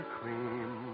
cream